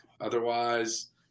otherwise